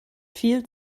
viel